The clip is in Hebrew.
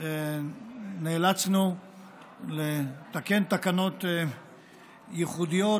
נאלצנו לתקן תקנות ייחודיות